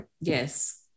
Yes